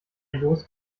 jost